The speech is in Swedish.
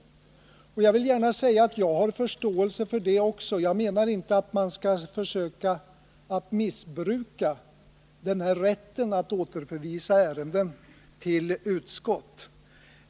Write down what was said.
Jag vill gärna säga att jag har förståelse också för detta. Jag menar inte att man skall försöka missbruka rätten att återförvisa ärenden till utskott.